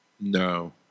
No